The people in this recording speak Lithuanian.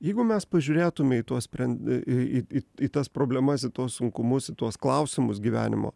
jeigu mes pažiūrėtume į tuos sprendim į į į tas problemas į tuos sunkumus į tuos klausimus gyvenimo